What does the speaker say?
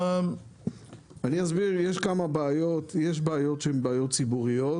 יש כמה בעיות יש בעיות שהן בעיות ציבוריות,